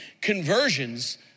conversions